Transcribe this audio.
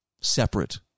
separate